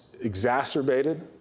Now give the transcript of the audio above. exacerbated